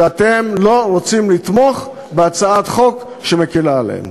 שאתם לא רוצים לתמוך בהצעת חוק שמקלה עליהם.